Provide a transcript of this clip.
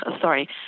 sorry